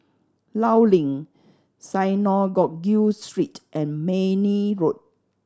Law Link Synagogue Street and Mayne Road